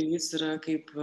jis yra kaip